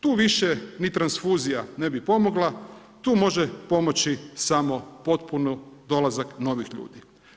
Tu više ni transfuzija ne bi mogla, tu može pomoći samo potpun dolazak novih ljudi.